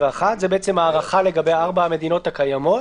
זו הארכה לגבי ארבע המדינות הקיימות: